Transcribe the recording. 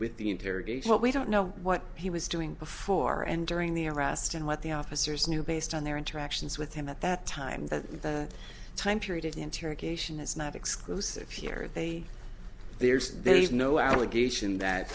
with the interrogation what we don't know what he was doing before and during the arrest and what the officers knew based on their interactions with him at that time that the time period interrogation is not exclusive here they there's there's no allegation that